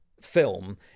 film